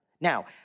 Now